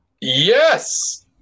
Yes